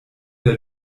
der